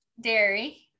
Dairy